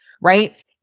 right